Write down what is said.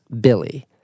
Billy